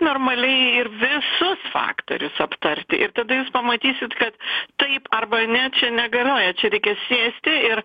normaliai ir visus faktorius aptarti ir tada jūs pamatysit kad taip arba ne čia negalioja čia reikia sėsti ir